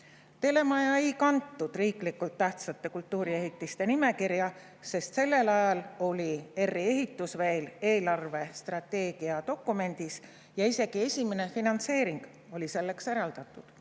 Telemaja ei kantud riiklikult tähtsate kultuuriehitiste nimekirja, sest sellel ajal oli ERR‑i ehitus veel eelarvestrateegia dokumendis ja isegi esimene finantseering oli selleks eraldatud.